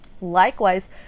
Likewise